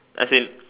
as in